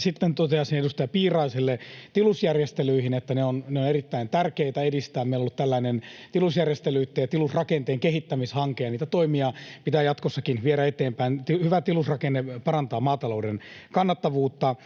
Sitten toteaisin edustaja Piiraiselle tilusjärjestelyihin, että niitä on erittäin tärkeä edistää. Meillä on ollut tällainen tilusjärjestelyitten ja tilusrakenteen kehittämishanke, ja niitä toimia pitää jatkossakin viedä eteenpäin. Hyvä tilusrakenne parantaa maatalouden kannattavuutta.